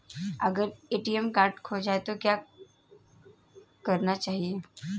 अगर ATM card खो जाए तो क्या करना चाहिए?